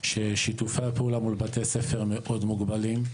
ששיתופי הפעולה בין בתי הספר מאוד מוגבלים,